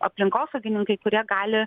aplinkosaugininkai kurie gali